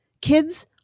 Kids